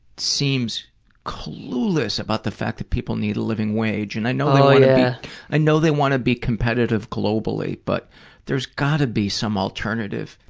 seems clueless about the fact that people need a living wage. and i know i yeah i know they want to be competitive globally, but there's got to be some alternative.